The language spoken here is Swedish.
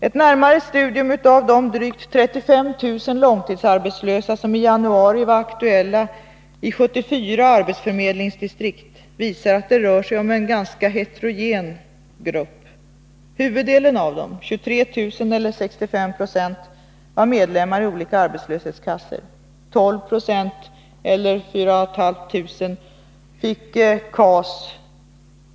Ett närmare studium av de drygt 35 000 långtidsarbetslösa som i januari var aktuella i 74 arbetsförmedlingsdistrikt visar att det rör sig om en ganska heterogen grupp. Huvuddelen av dem — 23 000 eller 65 96 — var medlemmar i olika arbetslöshetskassor. 12 26 eller 4500 fick KAS.